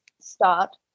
start